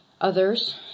others